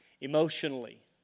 Emotionally